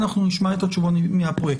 ואנחנו נשמע את התשובה מהפרויקטור.